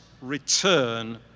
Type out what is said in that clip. return